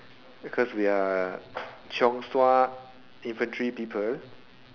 because we are chiong sua infantry people